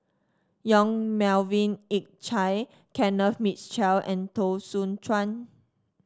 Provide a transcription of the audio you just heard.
Yong Melvin Yik Chye Kenneth Mitchell and Teo Soon Chuan